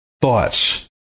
thoughts